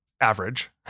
average